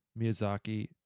Miyazaki